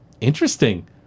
Interesting